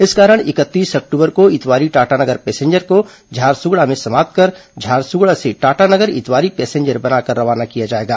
इस कारण इकतीस अक्टूबर को इतवारी टाटानगर पैसेंजर को झारसुगुड़ा में समाप्त कर झारसुगड़ा से टाटानगर इतवारी पैसेंजर बनाकर रवाना किया जाएगा